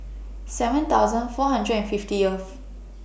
seven thousand four hundred and fiftieth